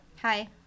Hi